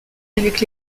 avec